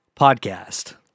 podcast